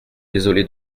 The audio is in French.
désolé